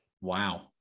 Wow